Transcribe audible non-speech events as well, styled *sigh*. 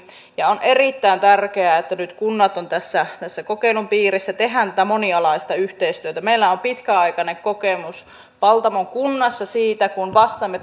on erittäin tärkeää että nyt kunnat ovat tässä kokeilun piirissä tehdään tätä monialaista yhteistyötä meillä on pitkäaikainen kokemus paltamon kunnassa siitä kun vastaamme *unintelligible*